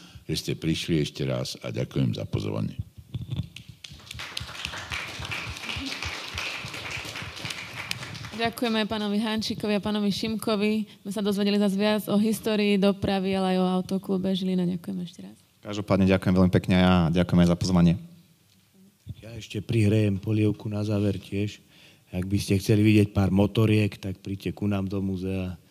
že ste prišli ešte raz a ďakujem za pozvanie. Ďakujem aj pánovi Hančíkovi a pánovi Šimkovi. My sa dozvedeli zas viac o histórii dopravy, ale aj o autoklube Žilina. Ďakujem ešte raz. Každopádne ďakujem veľmi pekne a ďakujem aj za pozvanie. Ja ešte prihrejem polievku na záver tiež. Ak by ste chceli vidieť pár motoriek, tak príďte ku nám do múzea.